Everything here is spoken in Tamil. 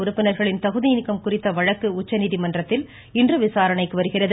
உறுப்பினர்களின் தகுதிநீக்கம் குறித்த வழக்கு உச்சநீதிமன்றத்தில் இன்று விசாரணைக்கு வருகிறது